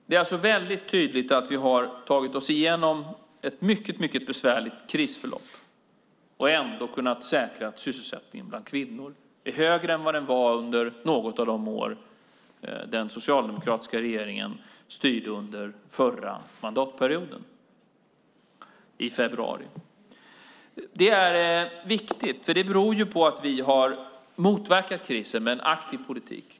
Det är alltså väldigt tydligt att vi har tagit oss igenom ett mycket besvärligt krisförlopp och ändå kunnat säkra att sysselsättningen bland kvinnor är högre än vad den var i februari under något år som den socialdemokratiska regeringen styrde förra mandatperioden. Det är viktigt. Det beror på att vi har motverkat krisen med en aktiv politik.